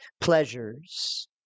pleasures